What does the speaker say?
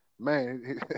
Man